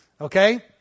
Okay